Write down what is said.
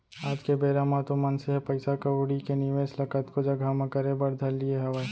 आज के बेरा म तो मनसे ह पइसा कउड़ी के निवेस ल कतको जघा म करे बर धर लिये हावय